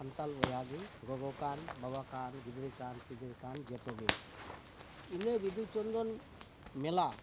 ᱥᱟᱱᱛᱟᱲ ᱵᱚᱭᱦᱟ ᱜᱮ ᱜᱚᱜᱚ ᱠᱟᱱ ᱵᱟᱵᱟ ᱠᱟᱱ ᱜᱤᱫᱽᱨᱟᱹ ᱠᱟᱱ ᱯᱤᱫᱽᱨᱟᱹ ᱠᱟᱱ ᱡᱷᱚᱛᱚ ᱜᱮ ᱤᱱᱟᱹ ᱵᱤᱫᱩ ᱪᱟᱸᱫᱟᱱ ᱢᱮᱞᱟ